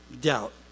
doubt